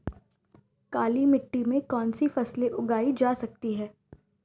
काली मिट्टी में कौनसी फसलें उगाई जा सकती हैं?